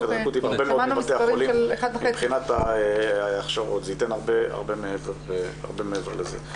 הרבה מאוד מבתי החולים מבחינת --- הרבה מעבר לזה.